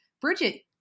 Bridget